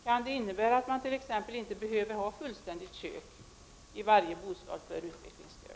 Kan det innebära att det t.ex. inte behöver finnas ett fullständigt kök i varje bostad för utvecklingsstörda?